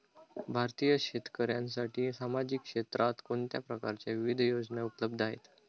भारतीय शेतकऱ्यांसाठी सामाजिक क्षेत्रात कोणत्या प्रकारच्या विविध योजना उपलब्ध आहेत?